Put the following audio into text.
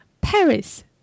Paris